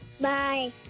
Bye